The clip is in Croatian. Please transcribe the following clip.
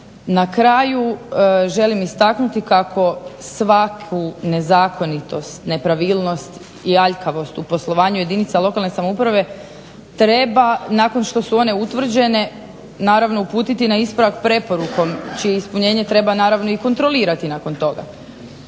Na kraju, želim istaknuti kako svaku nezakonitost, nepravilnost i aljkavost u poslovanju jedinica lokalne samouprave treba nakon što su one utvrđene naravno uputiti na ispravak preporukom čije ispunjenje treba naravno i kontrolirati nakon toga,